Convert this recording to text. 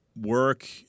work